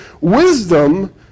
wisdom